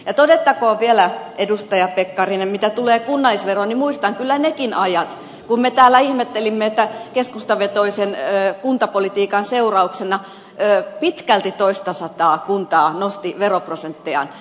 ja todettakoon vielä edustaja pekkarinen mitä tulee kunnallisveroon että muistan kyllä nekin ajat kun me täällä ihmettelimme että keskustavetoisen kuntapolitiikan seurauksena pitkälti toistasataa kuntaa nosti veroprosenttejaan